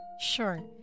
Sure